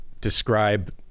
describe